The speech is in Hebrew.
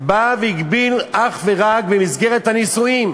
הגביל אך ורק במסגרת הנישואים,